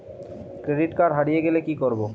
Credit card হারিয়ে গেলে কি করব?